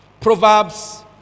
Proverbs